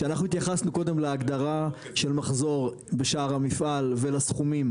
כשאנחנו התייחסנו קודם להגדרה של מחזור המפעל ולסכומים,